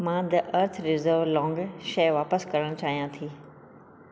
मां the earth reserve long शै वापसि करणु चाहियां थी